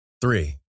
Three